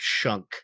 chunk